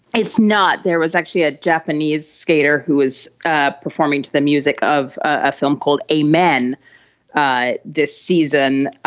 it's not. there was actually a japanese skater who is performing to the music of a film called a man this season.